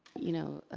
you know,